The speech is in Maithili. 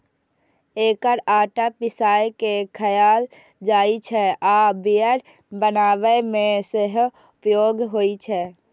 एकर आटा पिसाय के खायल जाइ छै आ बियर बनाबै मे सेहो उपयोग होइ छै